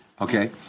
okay